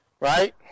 right